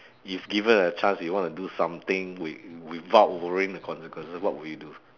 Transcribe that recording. if given the chance you want to do something with~ without worrying the consequences what will you do